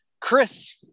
Chris